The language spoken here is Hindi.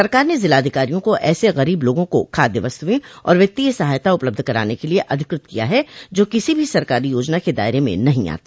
सरकार ने जिला अधिकारियों को ऐसे गरीब लोगों को खाद्य वस्तुएं और वित्तीय सहायता उपलब्ध कराने के लिए अधिकृत किया है जो किसी भी सरकारी योजना के दायरे में नहीं आते